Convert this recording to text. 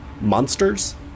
monsters